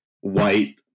white